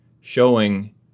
showing